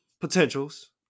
potentials